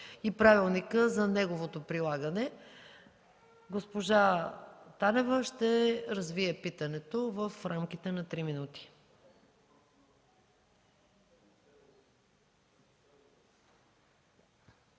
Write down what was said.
и правилника за неговото прилагане. Госпожа Танева ще развие питането в рамките на три минути.